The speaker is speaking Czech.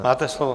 Máte slovo.